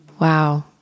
Wow